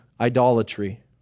idolatry